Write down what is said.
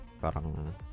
parang